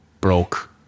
broke